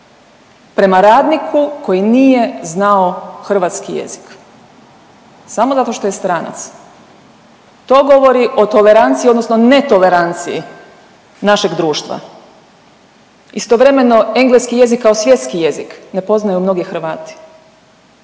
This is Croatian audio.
prema radniku koji nije znao hrvatski jezik samo zato što je stranac. To govori o toleranciji, odnosno netoleranciji našeg društva. Istovremeno engleski jezik kao svjetski jezik ne poznaju mnogi Hrvati.